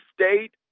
state